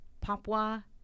Papua